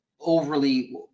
overly